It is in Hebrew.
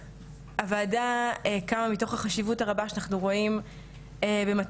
הוועדה קמה מתוך החשיבות הרבה שאנחנו רואים במתן